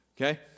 Okay